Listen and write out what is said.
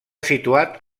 situat